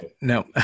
No